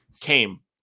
came